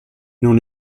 non